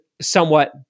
somewhat